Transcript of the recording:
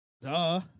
Duh